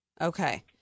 Okay